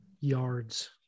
Yards